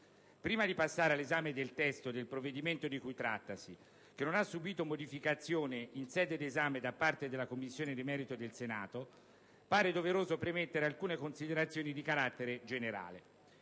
Prima di passare all'esame del testo del provvedimento, che non ha subìto modificazioni in sede di esame da parte della Commissione di merito del Senato, pare doveroso premettere alcune considerazioni di carattere generale.